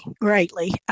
greatly